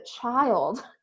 child